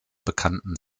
bekannten